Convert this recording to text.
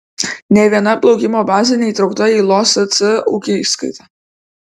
nė viena plaukimo bazė neįtraukta į losc ūkiskaitą